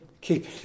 Keep